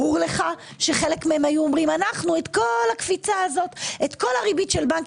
ברור לך שחלק מהם היו אומרים- אנחנו את כל הריבית של בנק